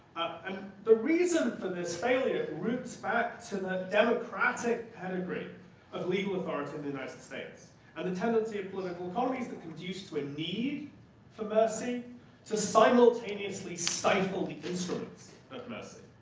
and the reason for this failure roots back to the democratic pedigree of legal authority in the united states and the tendency of political economies that conduce need for mercy to simultaneously stifle the instruments of mercy.